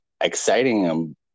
exciting